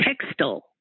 textile